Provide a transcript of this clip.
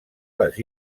les